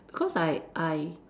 cause I I